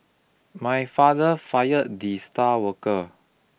my father fired the star worker